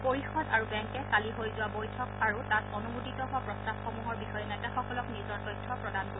পৰিষদ আৰু বেংকে কালি হৈ যোৱা বৈঠক আৰু তাত অনুমোদিত হোৱা প্ৰস্তাৱসমূহৰ বিষয়ে নেতাসকলক নিজৰ তথ্য প্ৰদান কৰিব